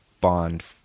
Bond